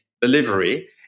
delivery